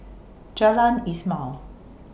Jalan Ismail